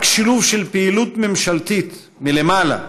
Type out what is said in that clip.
רק שילוב של פעילות ממשלתית, מלמעלה,